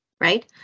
right